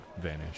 vanish